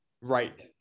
Right